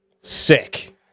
sick